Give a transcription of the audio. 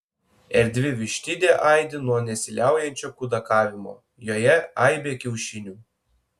erdvi vištidė aidi nuo nesiliaujančio kudakavimo joje aibė kiaušinių